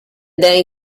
then